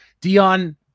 Dion